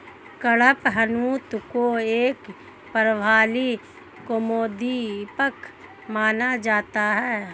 कडपहनुत को एक प्रभावी कामोद्दीपक माना जाता है